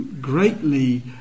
greatly